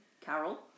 Carol